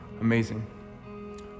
Amazing